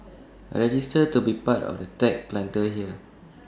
register to be part of the tech Planter here